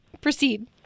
proceed